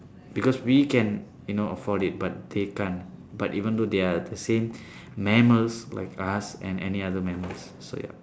because we can afford you know it but they can't but even though they are also the same mammals like us and any other mammals so yup